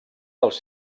dels